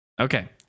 Okay